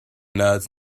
nerds